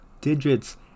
Digits